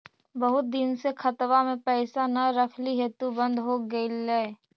बहुत दिन से खतबा में पैसा न रखली हेतू बन्द हो गेलैय?